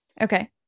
Okay